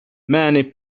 many